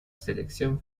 selección